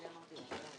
בבקשה.